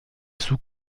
sous